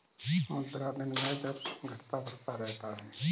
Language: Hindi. मुद्रा विनिमय के दर घटता बढ़ता रहता है